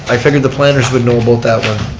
i figured the planners would know about that one.